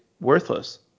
worthless